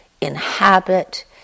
inhabit